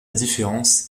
différence